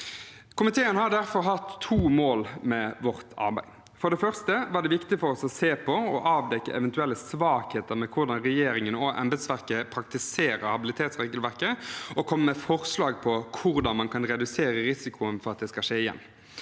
Komiteen har derfor hatt to mål med vårt arbeid. For det første var det viktig for oss å se på og avdekke eventuelle svakheter med hvordan regjeringen og embetsverket praktiserer habilitetsregelverket, og komme med forslag om hvordan man kan redusere risikoen for at det skal skje igjen.